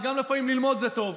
לפעמים ללמוד זה טוב.